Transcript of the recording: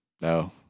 No